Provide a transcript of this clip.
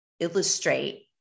illustrate